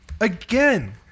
again